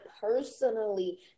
personally